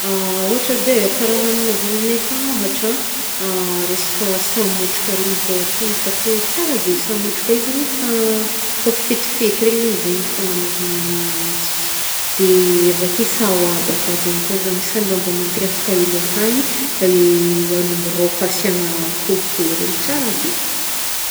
Ôhatra edy kara hagnigny avy aminay akagny ôhatra an, resaka sahamôtraka regny zao aty n tegna hitako hoe tsara be. Sahamôtraka i zegny, fa- kô fetifety regny zegny, zey ny fagnagnovagna agnanjy. Avake sahoaba koa zegny koa zagny agnisan'ny raha mbô mampiavaka hely akaigny, hanimboroaka asiagna akoho reigny, tsara be.